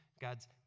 God's